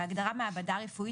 בהגדרה "מעבדה רפואית",